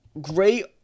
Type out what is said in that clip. great